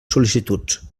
sol·licituds